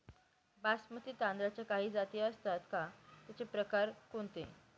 बासमती तांदळाच्या काही जाती असतात का, त्याचे प्रकार कोणते?